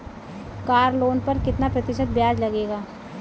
Car loan पर कितना प्रतिशत ब्याज लगेगा?